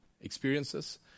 experiences